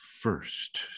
First